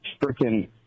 freaking